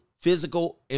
physical